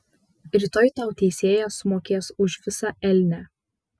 rytoj tau teisėjas sumokės už visą elnią